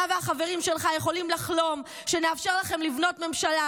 אתה והחברים שלך יכולים לחלום שנאפשר לכם לבנות ממשלה,